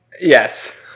Yes